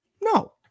No